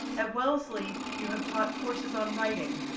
at wellesley, you have taught courses on writing,